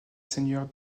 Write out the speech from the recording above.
seigneurs